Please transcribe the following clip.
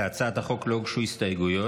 להצעת החוק לא הוגשו הסתייגויות,